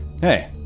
Hey